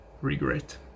regret